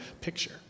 picture